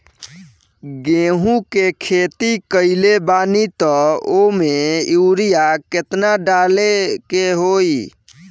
गेहूं के खेती कइले बानी त वो में युरिया केतना डाले के होई?